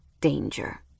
danger